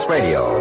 Radio